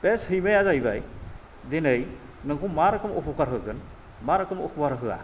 बे सैमाया जाहैबाय दिनै नोंखौ मा रोखोम अपकार होगोन मा रोखोम अपकार होआ